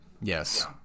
Yes